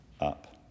up